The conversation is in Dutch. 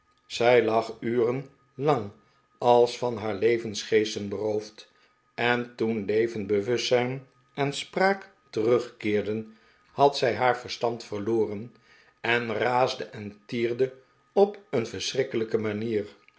zij lag uren lang als van haar levensgeesten beroofd en toen leven bewustzijn en spraak terugkeerden had zij haar ver stand verloren en raasde en tierde zij op een verschrikkelijke manier